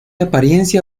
apariencia